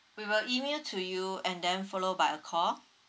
we will email to you and then follow by a call